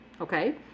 okay